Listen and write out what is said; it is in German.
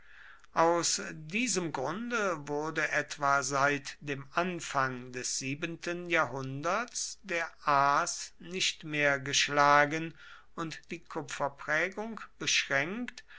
aus diesem grunde wurde etwa seit dem anfang des siebenten jahrhunderts der as nicht mehr geschlagen und die kupferprägung beschränkt